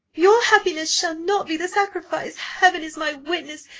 your happiness shall not be the sacrifice. heaven is my witness,